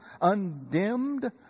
undimmed